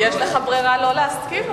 יש לך ברירה לא להסכים,